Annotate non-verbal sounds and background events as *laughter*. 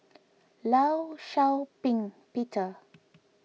*noise* Law Shau Ping Peter